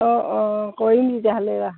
অঁ অঁ কৰিম তেতিয়াহ'লে এইবাৰ